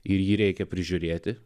ir jį reikia prižiūrėti